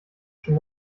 schon